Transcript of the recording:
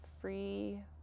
free